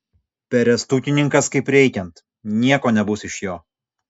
perestukininkas kaip reikiant nieko nebus iš jo